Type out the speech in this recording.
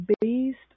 based